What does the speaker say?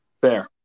Fair